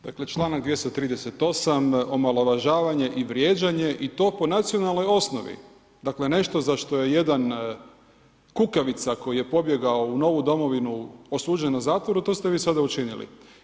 Dakle članak 238. omalovažavanje i vrijeđanje i to po nacionalnoj osnovi, dakle nešto za što je jedan kukavica koji je pobjegao u novu domovinu osuđen na zatvor, to ste vi sada učinili.